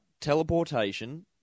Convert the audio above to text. Teleportation